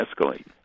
escalate